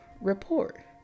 report